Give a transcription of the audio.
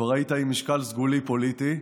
כבר היית עם משקל סגולי פוליטי,